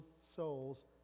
souls